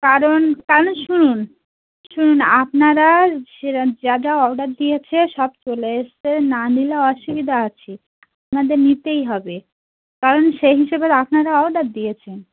কারণ তাহলে শুনুন শুনুন আপনারা সেরকম যা যা অর্ডার দিয়েছে সব চলে এসছে না নিলে অসুবিধা আছে আপনাদের নিতেই হবে কারণ সেই হিসেবের আপনারা অর্ডার দিয়েছেন